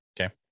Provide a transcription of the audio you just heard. okay